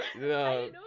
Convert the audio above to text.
no